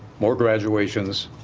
more graduations,